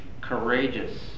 courageous